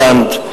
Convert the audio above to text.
הולנד,